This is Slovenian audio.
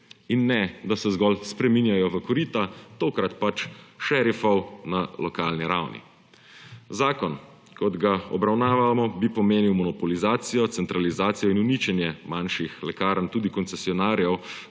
in ne da se zgolj spreminjajo v korita, tokrat pač šerifov na lokalni ravni. Zakon, kot ga obravnavamo, bi pomenil monopolizacijo, centralizacijo in uničenje manjših lekarn, tudi koncesionarjev